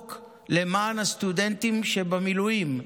החוק למען הסטודנטים שבמילואים,